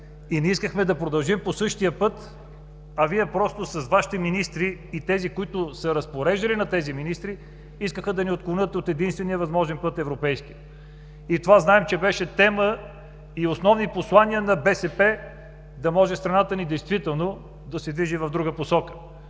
Ние искахме да продължим по същия път, а Вие с Вашите министри и с тези, които са разпореждали на Вашите министри, искаха да ни отклонят от единствено възможния път – европейския. Това знаем, че беше тема и основно послание на БСП – страната ни да се движи в друга посока.